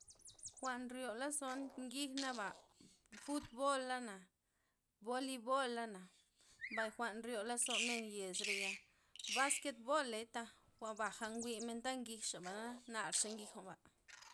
Jwa'n nryo lozon ngignaba' futbola'na, bolibola'na, mbay jwa'n nryo lozo men yes reya basketbolei taj jwa'n baja nwimen tha njijxaba narxa' njij jwa'nba.